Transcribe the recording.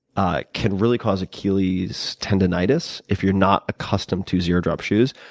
ah can really cause achilles tendonitis if you're not accustomed to zero-drop shoes.